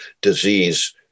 disease